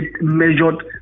measured